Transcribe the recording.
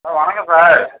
ஆ வணக்கம் சார்